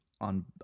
on